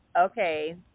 okay